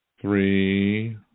Three